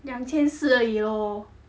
两千四而已 lor